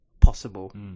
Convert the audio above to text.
possible